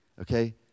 okay